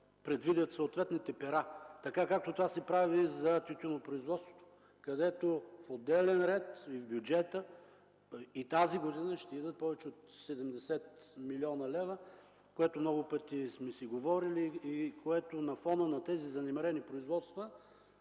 предвидят съответните пера, както това се прави за тютюнопроизводството, където в отделен ред – и в бюджета през тази година ще идат повече от 70 млн. лв., за което много пъти сме си говорили. На фона на тези занемарени производства,